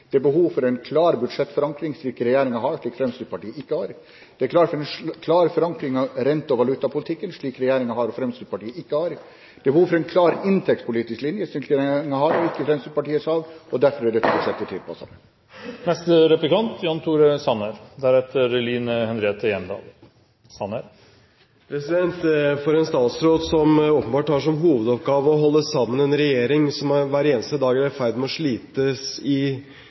er det behov for tillit i norsk økonomisk politikk. Det er behov for en klar budsjettforankring, slik regjeringen har, slik Fremskrittspartiet ikke har. Og det er behov for en klar forankring av rente- og valutapolitikken, slik regjeringen har, slik Fremskrittspartiet ikke har. Det er behov for en klar inntektspolitisk linje, slik regjeringen har, slik Fremskrittspartiet ikke har, og derfor er dette budsjettet tilpasset. For en statsråd som åpenbart har som hovedoppgave å holde sammen en regjering som hver eneste dag er i ferd med å slites i